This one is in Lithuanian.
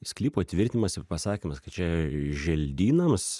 sklypo tvirtimas ir pasakymas kad čia želdynams